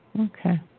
okay